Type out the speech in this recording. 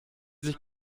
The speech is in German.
sich